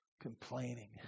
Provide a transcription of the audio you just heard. Complaining